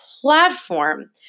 platform